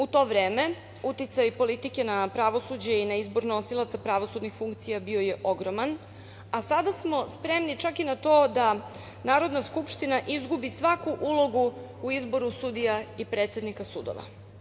U to vreme uticaj politike na pravosuđe i na izbor nosilaca pravosudnih funkcija bio je ogroman, a sada smo spremni čak i na to da Narodna skupština izgubi svaku ulogu u izboru sudija i predsednika sudova.